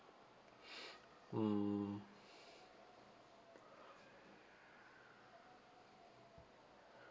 mm